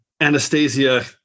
Anastasia